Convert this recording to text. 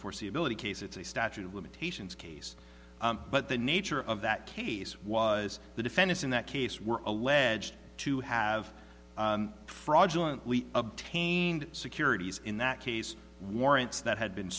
foreseeability case it's a statute of limitations case but the nature of that case was the defense in that case were alleged to have fraudulent we obtained securities in that case warrants that had been